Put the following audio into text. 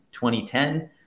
2010